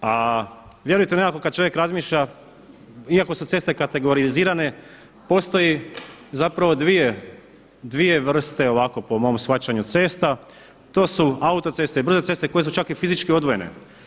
A vjerujte nekako kada čovjek razmišlja iako su ceste kategorizirane postoji zapravo dvije vrste ovako po mom shvaćanju cesta, to su autoceste i brze ceste koje su čak i fizički odvojene.